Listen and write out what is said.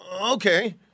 Okay